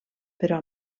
però